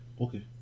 Okay